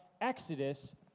Exodus